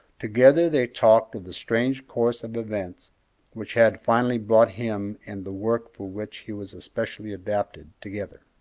together they talked of the strange course of events which had finally brought him and the work for which he was especially adapted together.